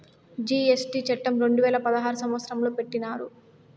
GST చట్టం రెండు వేల పదహారు సంవత్సరంలో పెట్టినారు